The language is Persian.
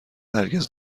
هرگز